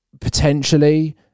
potentially